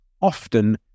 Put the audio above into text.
often